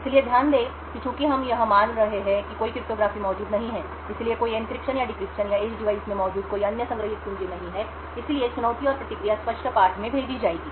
इसलिए ध्यान दें कि चूंकि हम यह मान रहे हैं कि कोई क्रिप्टोग्राफी मौजूद नहीं है इसलिए कोई एन्क्रिप्शन या डिक्रिप्शन या एज डिवाइस में मौजूद कोई अन्य संग्रहित कुंजी नहीं है इसलिए चुनौती और प्रतिक्रिया स्पष्ट पाठ में भेजी जाएगी